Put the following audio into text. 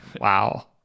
Wow